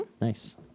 Nice